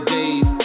days